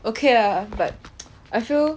okay lah but I feel